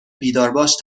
بیدارباش